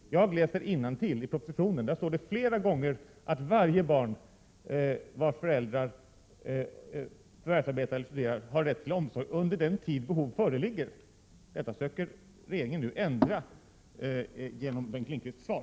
Jag läser innantill i propositionen. Där står det flera gånger att varje barn vars föräldrar förvärvsarbetar eller studerar har rätt till omsorg under den tid behov föreligger. Detta söker regeringen nu ändra genom Bengt Lindqvists svar.